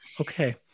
Okay